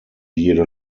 jede